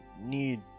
need